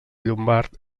llombard